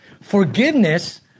Forgiveness